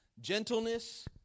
gentleness